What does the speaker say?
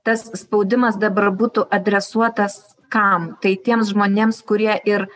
tas spaudimas dabar būtų adresuotas kam tai tiems žmonėms kurie ir